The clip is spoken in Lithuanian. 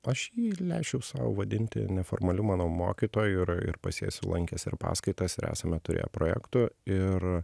aš jį leisčiau sau vadinti neformaliu mano mokytoju ir ir pas jį esu lankęs ir paskaitas ir esame turėję projektų ir